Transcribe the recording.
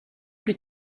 plus